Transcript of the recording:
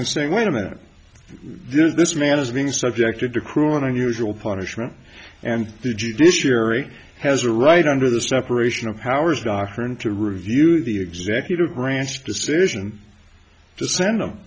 and saying wait a minute this man is being subjected to cruel and unusual punishment and the judiciary has a right under the separation of powers doctrine to review the executive branch decision to send them